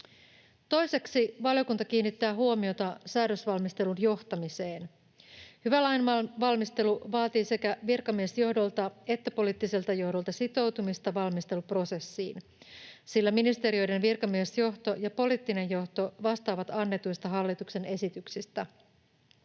Toiseksi valiokunta kiinnittää huomiota säädösvalmistelun johtamiseen. Hyvä lainvalmistelu vaatii sekä virkamiesjohdolta että poliittiselta johdolta sitoutumista valmisteluprosessiin, sillä ministeriöiden virkamiesjohto ja poliittinen johto vastaavat annetuista hallituksen esityksistä.